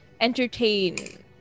entertain